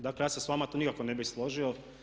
Dakle, ja se s vama tu nikako ne bih složio.